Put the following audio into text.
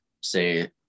say